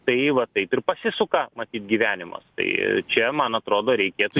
tai va taip ir pasisuka matyt gyvenimas tai čia man atrodo reikėtų